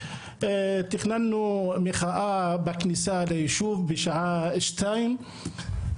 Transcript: תכננו מחאה בכניסה ליישוב בשעה 14:00,